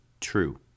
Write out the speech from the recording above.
true